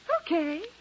Okay